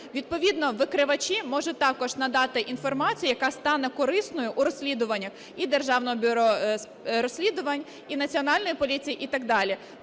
відповідно викривачі можуть також надати інформацію, яка стане корисною у розслідуваннях і Державного бюро розслідувань, і Національної поліції, і так далі.